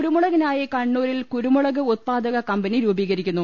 കുരുമുളകിനായി കണ്ണൂരിൽ കുരുമുളക് ഉത്പാദക കമ്പനി രൂപീകരിക്കുന്നു